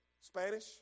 Spanish